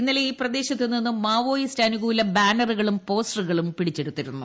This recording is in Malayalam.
ഇന്നലെ ഈ പ്രദേശത്ത് നിന്നും മാവോയിസ്റ്റ് അനുകൂല ബാനറുകളും പോസ്റ്ററുകളും പിടിച്ചെടുത്തിരുന്നു